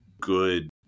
good